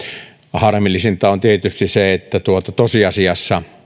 harmillisinta on tietysti se että tosiasiassa